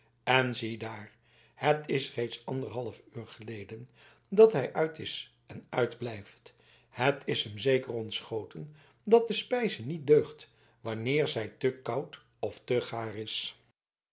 en ziedaar het is reeds anderhalf uur geleden dat hij uit is en uitblijft het is hem zeker ontschoten dat de spijze niet deugt wanneer zij te koud of te gaar is